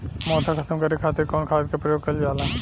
मोथा खत्म करे खातीर कउन खाद के प्रयोग कइल जाला?